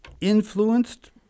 influenced